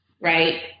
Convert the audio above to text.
right